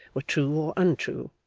were true or untrue,